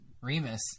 Remus